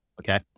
Okay